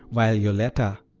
while yoletta,